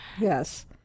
Yes